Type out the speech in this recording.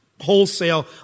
wholesale